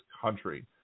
country